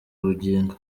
bugingo